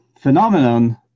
phenomenon